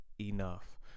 enough